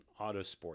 Autosport